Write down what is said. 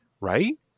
Right